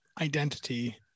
identity